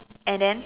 and then